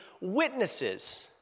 witnesses